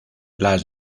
las